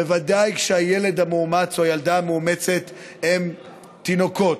בוודאי כשהילד המאומץ או הילדה המאומצת הם תינוקות,